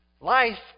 Life